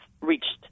reached